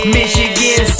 Michigan